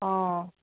অঁ